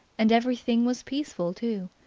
and everything was peaceful too,